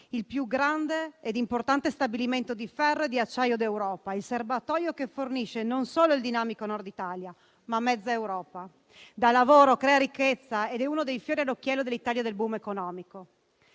il più grande e importante stabilimento di ferro e di acciaio d'Europa; il serbatoio che fornisce non solo il dinamico Nord Italia, ma anche mezza Europa. Tale stabilimento dà lavoro, crea ricchezza ed è uno dei fiori all'occhiello dell'Italia del *boom* economico.